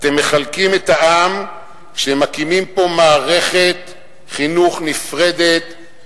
אתם מחלקים את העם כשמקימים פה מערכת חינוך נפרדת,